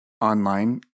online